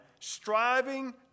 striving